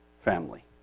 family